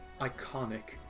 iconic